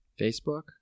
Facebook